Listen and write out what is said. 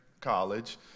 college